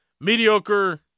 mediocre